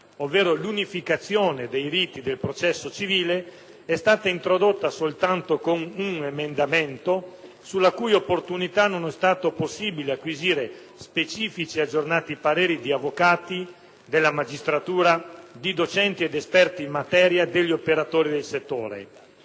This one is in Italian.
ovvero l'unificazione dei riti del processo civile, è stata introdotta soltanto con un emendamento, sulla cui opportunità non è stato possibile acquisire specifici e aggiornati pareri di avvocati, della magistratura, di docenti ed esperti in materia, degli operatori del settore,